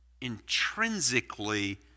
intrinsically